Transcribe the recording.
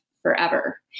Forever